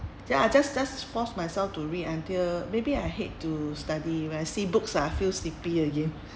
ya just just force myself to read until maybe I hate to study when I see books I feel sleepy again